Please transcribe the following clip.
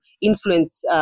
influence